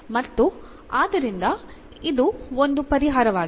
ಮತ್ತು ಆದ್ದರಿಂದ ಇದು ಒಂದು ಪರಿಹಾರವಾಗಿದೆ